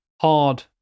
hard